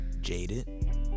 jaded